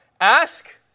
Ask